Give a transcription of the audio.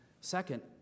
Second